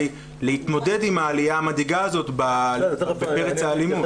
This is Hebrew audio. להתמודד עם העלייה המדאיגה הזאת בפרץ האלימות.